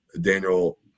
daniel